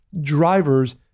drivers